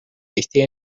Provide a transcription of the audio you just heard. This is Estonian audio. eesti